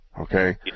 Okay